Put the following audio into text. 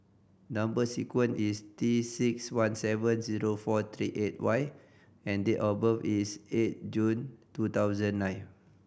number sequence is T six one seven zero four three eight Y and date of birth is eight June two thousand and nine